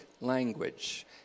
language